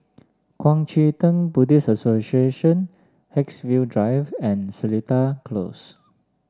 Kuang Chee Tng Buddhist Association Haigsville Drive and Seletar Close